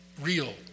real